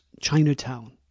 Chinatown